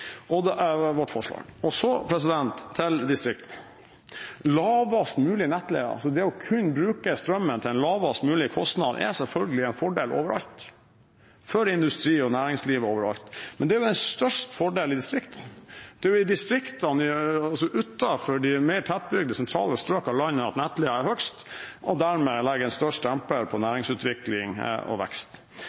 ligger bak vårt forslag. Så til distriktene: Lavest mulig nettleie, altså det å kunne bruke strømmen til en lavest mulig kostnad, er selvfølgelig en fordel overalt, for industri og næringsliv overalt, men fordelen er jo størst i distriktene. Det er i distriktene, altså utenfor de mer tettbygde, sentrale strøk av landet, at nettleien er høyest og dermed legger en størst demper på næringsutvikling og vekst.